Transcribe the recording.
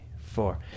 four